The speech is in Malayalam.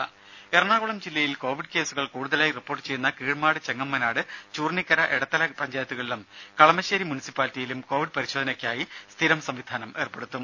രുമ എറണാകുളം ജില്ലയിൽ കോവിഡ് കേസുകൾ കൂടുതലായി റിപ്പോർട്ട് ചെയ്യുന്ന കീഴ്മാട് ചെങ്ങമ്മനാട് ചൂർണ്ണിക്കര എടത്തല പഞ്ചായത്തുകളിലും കളമശേരി മുനിസിപ്പാലിറ്റിയിലും കോവിഡ് പരിശോധനയ്ക്കായി സ്ഥിരം സംവിധാനം ഏർപ്പെടുത്തും